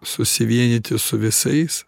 susivienyti su visais